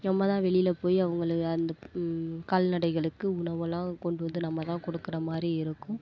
நம்மதான் வெளியில போய் அவங்கள அந்த கால்நடைகளுக்கு உணவெலாம் கொண்டு வந்து நம்மதான் கொடுக்குறமாரி இருக்கும்